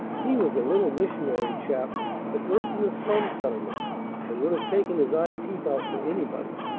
he was a little missionary chap that worked in a slum settlement and would have taken his eye-teeth out for anybody.